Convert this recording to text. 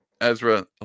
Ezra